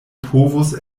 povus